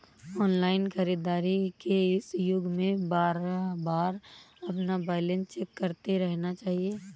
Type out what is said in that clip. online खरीदारी के इस युग में बारबार अपना बैलेंस चेक करते रहना चाहिए